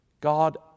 God